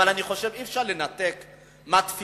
אבל, אני חושב שאי-אפשר לנתק את זה מהתפיסה